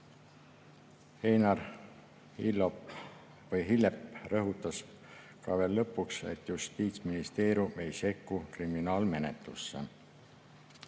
Einar Hillep rõhutas veel lõpuks, et Justiitsministeerium ei sekku kriminaalmenetlusse.